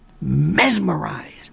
mesmerized